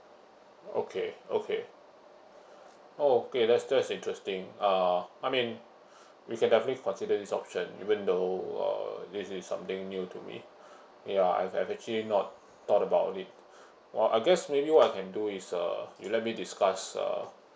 okay okay okay that's that's interesting uh I mean it's uh definitely consider this option even though uh this is something new to me ya I have actually not thought about it well I guess maybe what I can do is uh you let me discuss uh